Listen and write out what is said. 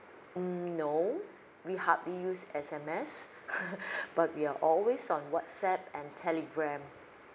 mm no we hardly use S_M_S but we are always on whatsapp and telegram